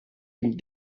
been